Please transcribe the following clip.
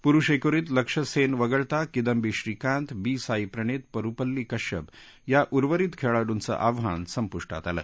पुरुष एकेरित लक्ष्य सेन वगळता किदंवी श्रीकांत बी साई प्रणितपरुपल्ली कश्यप या उर्वरित खेळाडूंच आव्हान संपूष्टात आलं